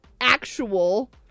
actual